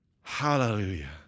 hallelujah